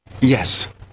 Yes